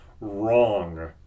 wrong